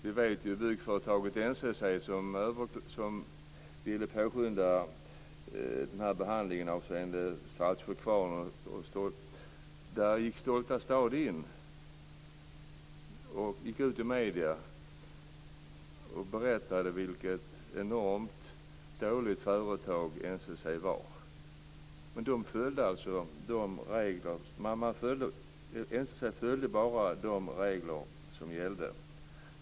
När byggföretaget NCC ville påskynda behandlingen av Saltsjökvarnärendet gick Stolta stad ut i medierna och framhöll att NCC var ett enormt dåligt företag, trots att NCC bara följde de regler som gäller.